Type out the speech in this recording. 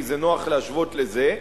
כי נוח להשוות לזה,